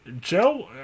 Joe